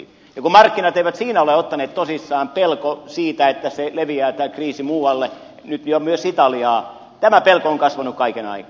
kun markkinat siinä eivät ole ottaneet tosissaan pelko siitä että tämä kriisi leviää muualle nyt jo myös italiaan on kasvanut kaiken aikaa